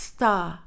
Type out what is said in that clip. Star